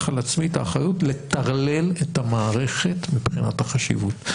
על עצמי את האחריות לטרלל את המערכת מבחינת החשיבות.